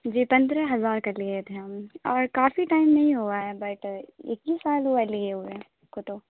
جی پندرہ ہزار کا لیے تھے ہم اور کافی ٹائم نہیں ہوا ہے بٹ ایک ہی سال ہوا ہے لیے ہوئے ہم کو تو